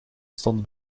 stond